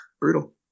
Brutal